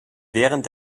während